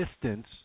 distance